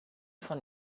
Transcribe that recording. von